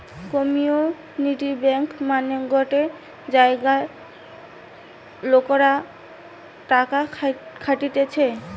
community bank মানে গটে জায়গার লোকরা টাকা খাটতিছে